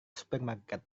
supermarket